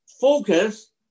focus